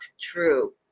true